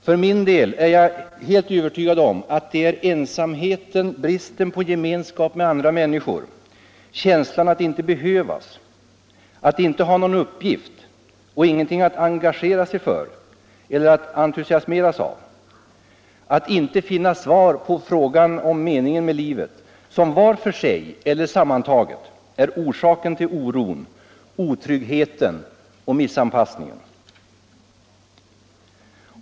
För min del är jag helt övertygad om att det är ensamheten, bristen på gemenskap med andra människor, känslan att inte behövas, att inte ha någon uppgift och ingenting att engagera sig för eller entusiasmeras av, att inte finna svar på frågan om meningen med livet som var för 65 sig eller sammantaget är orsaken till oron, otryggheten och missanpassningen.